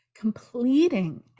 completing